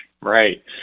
Right